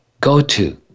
go-to